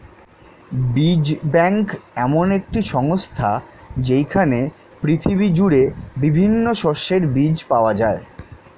বীজ ব্যাংক এমন একটি সংস্থা যেইখানে পৃথিবী জুড়ে বিভিন্ন শস্যের বীজ পাওয়া যায়